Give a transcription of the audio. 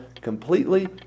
completely